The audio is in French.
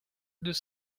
deux